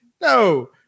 No